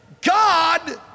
God